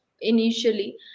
initially